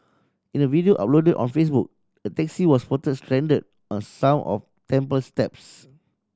in a video uploaded on Facebook a taxi was spotted stranded on some of temple steps